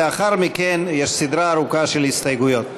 לאחר מכן יש סדרה ארוכה של הסתייגויות.